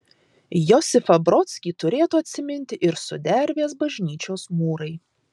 josifą brodskį turėtų atsiminti ir sudervės bažnyčios mūrai